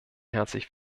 herzlich